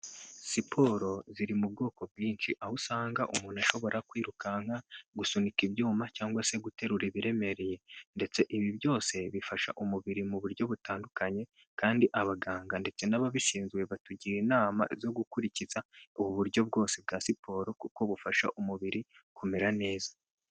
Siporo ziri mu bwoko bwinshi aho usanga umuntu ashobora kwirukanka, gusunika ibyuma, cyangwa se guterura ibiremereye, ndetse ibi byose bifasha umubiri mu buryo butandukanye, kandi abaganga ndetse n'ababishinzwe batugira inama zo gukurikiza ubu buryo bwose bwa siporo kuko bufasha umubiri kumera neza.